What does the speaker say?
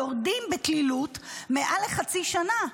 יורדים בתלילות מעל לחצי שנה.